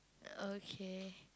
okay